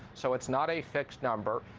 so it's not a fixed number,